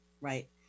right